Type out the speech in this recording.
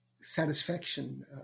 satisfaction